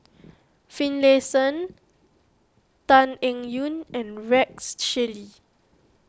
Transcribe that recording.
Finlayson Tan Eng Yoon and Rex Shelley